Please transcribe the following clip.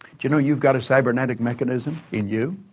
do you know, you've got a cybernetic mechanism in you?